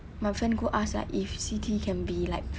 my friend go ask like if C_T can be like